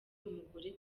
umugore